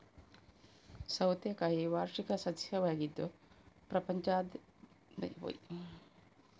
ಸೌತೆಕಾಯಿ ವಾರ್ಷಿಕ ಸಸ್ಯವಾಗಿದ್ದು ಪ್ರಪಂಚದಾದ್ಯಂತ ತರಕಾರಿಯಾಗಿ ಬಳಸುವರು ಮತ್ತು ಬಳ್ಳಿಯಲ್ಲಿ ಬೆಳೆಯುತ್ತವೆ